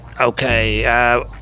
Okay